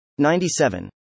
97